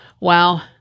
Wow